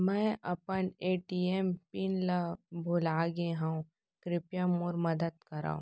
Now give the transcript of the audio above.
मै अपन ATM PIN ला भूलागे हव, कृपया मोर मदद करव